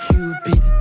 Cupid